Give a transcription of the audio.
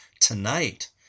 tonight